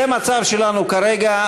זה המצב שלנו כרגע.